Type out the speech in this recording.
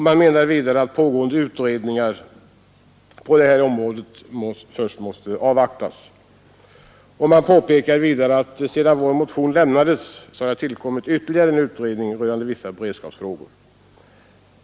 Man menar vidare att pågående utredningar på området först måste avvaktas och påpekar, att sedan vår motion lämnades har det tillkommit ytterligare en utredning rörande vissa beredskapsfrågor.